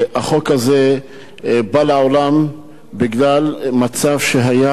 החוק הזה בא לעולם בגלל מצב שהיה,